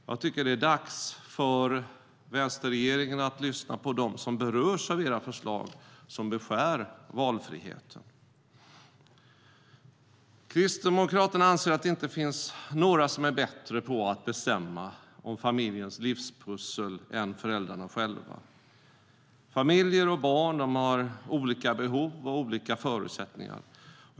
Jag tycker att det är dags för vänsterregeringen att lyssna på dem som berörs av era förslag som beskär valfriheten. Kristdemokraterna anser att det inte finns några som är bättre på att bestämma om familjens livspussel än föräldrarna själva. Familjer och barn har olika behov och olika förutsättningar.